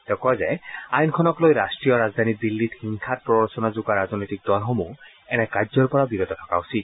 তেওঁ কয় যে আইনখনকলৈ ৰাষ্টীয় ৰাজধানী দিল্লীত হিংসাত প্ৰৰোচনা জগোৱা ৰাজনৈতিক দলসমূহ এনে কাৰ্যৰ পৰা বিৰত থকা উচিত